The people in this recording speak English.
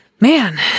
Man